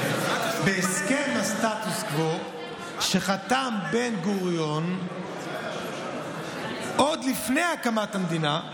בהסכם הסטטוס קוו שחתם בן-גוריון עוד לפני הקמת המדינה,